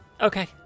Okay